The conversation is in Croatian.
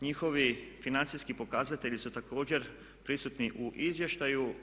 Njihovi financijski pokazatelji su također prisutni u izvještaju.